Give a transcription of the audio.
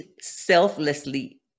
selflessly